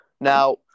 Now